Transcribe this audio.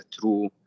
true